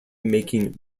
making